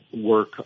work